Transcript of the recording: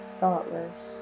thoughtless